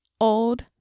old